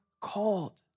called